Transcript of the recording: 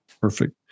Perfect